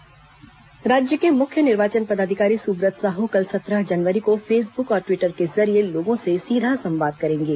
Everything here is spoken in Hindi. सुब्रत साहू संवाद राज्य के मुख्य निर्वाचन पदाधिकारी सुब्रत साहू कल सत्रह जनवरी को फेसबुक और ट्वीटर के जरिए लोगों से सीधा संवाद करेंगे